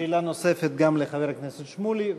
שאלה נוספת גם לחבר הכנסת שמולי,